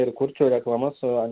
ir kurčiau reklamas su